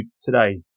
today